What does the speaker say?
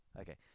Okay